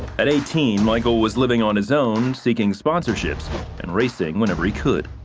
at eighteen michael was living on his own seeking sponsorships and racing whenever he could.